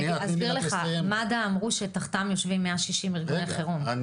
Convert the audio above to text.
מד"א אמרו שתחתם יושבים 160 ארגוני חירום,